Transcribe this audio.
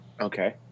Okay